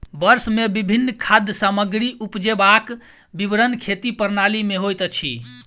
वर्ष मे विभिन्न खाद्य सामग्री उपजेबाक विवरण खेती प्रणाली में होइत अछि